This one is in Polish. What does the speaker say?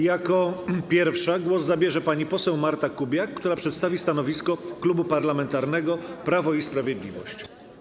Jako pierwsza głos zabierze pani poseł Marta Kubiak, która przedstawi stanowisko Klubu Parlamentarnego Prawo i Sprawiedliwość.